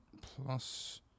Plus